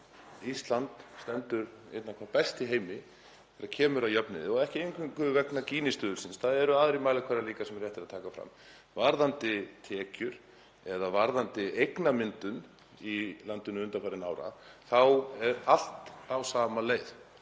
Ísland stendur einna best í heimi þegar kemur að jöfnuði og ekki eingöngu vegna Gini-stuðulsins, það eru aðrir mælikvarðar líka sem rétt er að taka fram. Varðandi tekjur og varðandi eignamyndun í landinu undanfarin ár þá er allt á sömu leið: